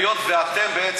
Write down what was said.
היות שאתם,